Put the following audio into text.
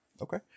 Okay